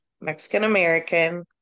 Mexican-American